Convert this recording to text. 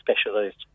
specialised